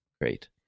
Great